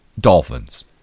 Dolphins